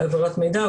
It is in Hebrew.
להעברת מידע,